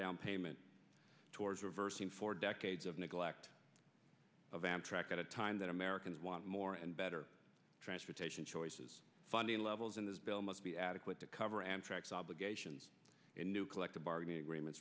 downpayment towards reversing four decades of neglect of amtrak at a time that americans want more and better transportation choices funding levels in this bill must be adequate to cover amtrak's obligations and new collective bargaining agreements